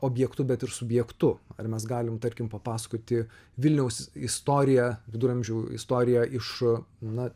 objektu bet ir subjektu ar mes galim tarkim papasakoti vilniaus istoriją viduramžių istoriją iš na